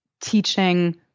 teaching